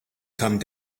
come